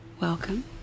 Welcome